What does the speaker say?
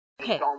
Okay